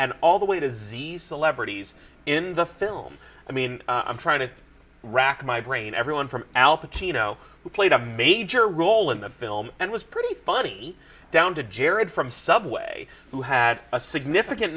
and all the way disease celebrities in the film i mean i'm trying to rack my brain everyone from al pacino who played a major role in the film and was pretty funny down to jared from subway who had a significant